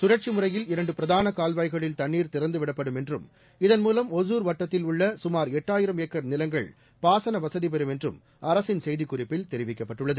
சுழற்சி முறையில் இரண்டு பிரதான கால்வாய்களில் தண்ணீர் திறந்துவிடப்படும் என்றும் இதன்மூலம் ஒசூர் வட்டத்தில் உள்ள சுமார் எட்டாயிரம் ஏக்கர் நிலங்கள் பாசன வசதி பெறும் என்றும் அரசின் செய்திக்குறிப்பில் தெரிவிக்கப்பட்டுள்ளது